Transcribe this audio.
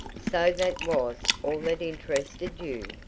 so that was all that interested you!